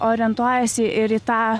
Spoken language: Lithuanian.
orientuojasi ir į tą